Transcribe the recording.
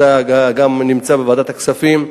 אתה גם נמצא בוועדת הכספים.